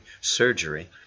surgery